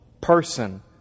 person